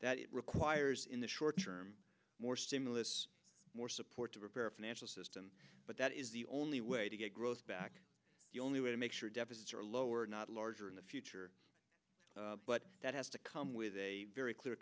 it requires in the short term more stimulus more support to repair a financial system but that is the only way to get growth back the only way to make sure deficits are lower not larger in the future but that has to come with a very clear